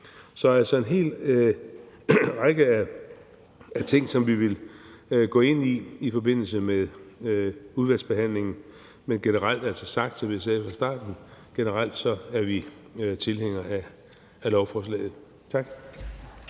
der er altså en hel række ting, som vi vil gå ind i i forbindelse med udvalgsbehandlingen, men generelt er vi, som jeg sagde i starten, tilhængere af lovforslaget. Tak.